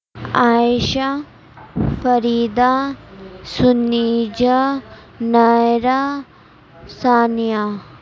Aisha Farida Sanija Maira Sania